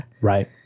Right